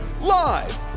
Live